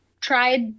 tried